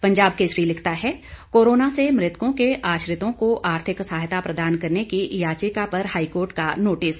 पंजाब केसरी लिखता है कोरोना से मृतकों के आश्रितों को आर्थिक सहायता प्रदान करने की याचिका पर हाईकोर्ट का नोटिस